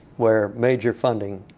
where major funding